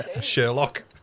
Sherlock